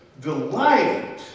delight